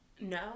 No